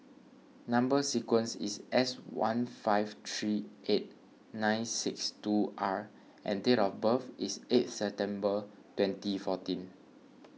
Number Sequence is S one five three eight nine six two R and date of birth is eighth September twenty fourteen